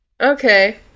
Okay